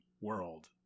world